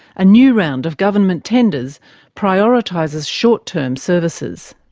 a new round of government tenders prioritises short-term services.